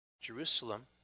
Jerusalem